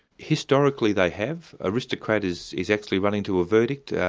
historically they have. aristocrat is is actually running to a verdict.